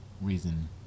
reason